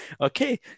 okay